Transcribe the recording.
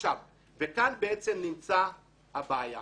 כאן נמצאת הבעיה.